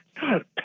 God